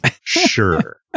sure